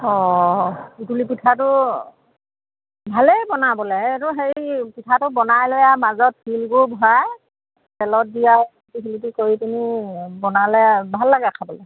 অঁ সুতুলি পিঠাটো ভালেই বনাবলৈ এইটো হেৰি পিঠাটো বনাই লৈ আৰু মাজত তিলবোৰ ভৰাই তেলত দিয়া ইলুটি সিলুটি কৰি পিনি বনালে ভাল লাগে খাবলৈ